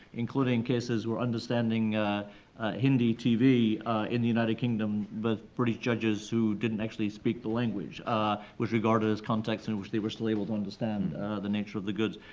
including cases where understanding hindi tv in the united kingdom, but british judges who didn't actually speak the language was regarded as context in which they were still able to understand the nature of the goods.